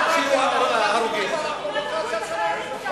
תגיד משהו על הפרובוקציה שלהם.